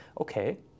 okay